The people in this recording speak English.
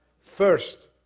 first